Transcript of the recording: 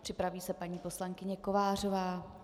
Připraví se paní poslankyně Kovářová.